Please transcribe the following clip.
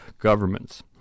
governments